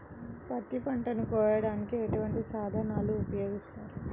పత్తి పంటను కోయటానికి ఎటువంటి సాధనలు ఉపయోగిస్తారు?